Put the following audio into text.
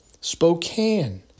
Spokane